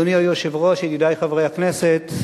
אדוני היושב-ראש, ידידי חברי הכנסת,